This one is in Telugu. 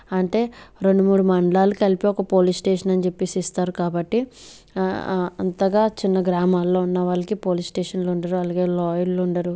అంటే రెండు మూడు మండలాలు కలిపి ఒక పోలీస్ స్టేషన్ అని చెప్పేసి ఇస్తారు కాబట్టి అంతగా చిన్న గ్రామాల్లో ఉన్నవాళ్ళకి పోలీస్ స్టేషన్లు ఉండరు అలాగే లాయర్లు ఉండరు